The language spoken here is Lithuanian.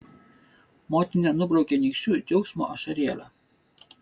motina nubraukia nykščiu džiaugsmo ašarėlę